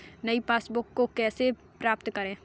नई पासबुक को कैसे प्राप्त करें?